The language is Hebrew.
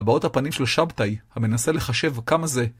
הבעות הפנים של שבתאי, המנסה לחשב כמה זה.